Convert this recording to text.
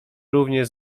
równie